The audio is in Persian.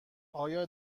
آیا